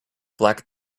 black